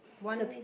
the